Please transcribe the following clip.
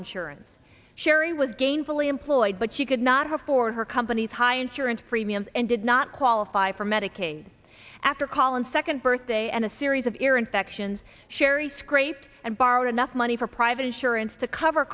insurance sheri was gainfully employed but she could not her for her company's high insurance premiums and did not qualify for medicaid after call and second birthday and a series of ear infections sherry scraped and borrow enough money for private insurance to cover